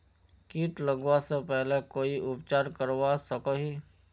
किट लगवा से पहले कोई उपचार करवा सकोहो ही?